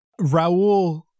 Raul